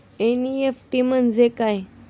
NEFT म्हणजे काय?